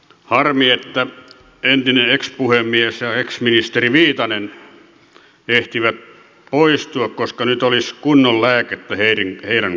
harmi että ex puhemies ja ex ministeri viitanen ehtivät poistua koska nyt olisi kunnon lääkettä heidän korvilleen